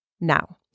now